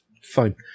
Fine